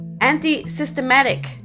anti-Systematic